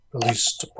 police